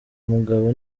mugabo